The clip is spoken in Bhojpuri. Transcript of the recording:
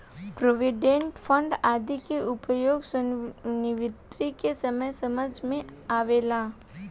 प्रोविडेंट फंड आदि के उपयोग सेवानिवृत्ति के समय समझ में आवेला